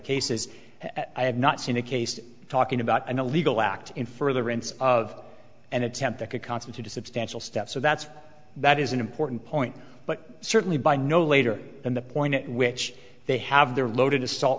as have not seen a case talking about an illegal act in furtherance of an attempt that could constitute a substantial step so that's that is an important point but certainly by no later than the point at which they have their loaded assault